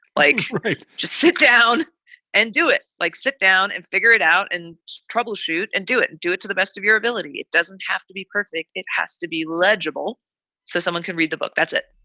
like just sit down and do it, like sit down and figure it out and troubleshoot and do it, do it to the best of your ability. it doesn't have to be perfect. it has to be legible so someone can read the book. that's it.